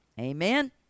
Amen